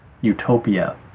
utopia